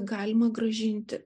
galima grąžinti